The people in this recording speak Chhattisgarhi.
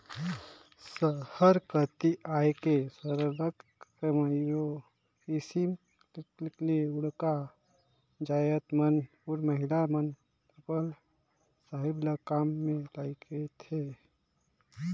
सहर कती आए के सरलग कइयो किसिम ले डउका जाएत मन अउ महिला मन अपल हिसाब ले काम में लगथें